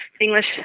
English